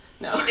No